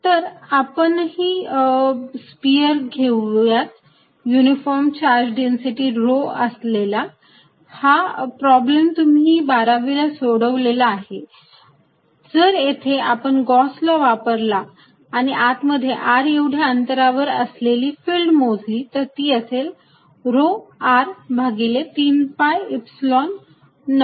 तर आपणही स्पियर घेऊयात uniform charge density rho r असलेला हा प्रॉब्लेम तुम्ही बारावीला असताना सोडवलेला आहे जर येथे आपण गॉस लॉ वापरला आणि आत मध्ये r एवढ्या अंतरावर असलेली फिल्ड मोजली तर ती असेल rho r भागिले 3 Epsilon naught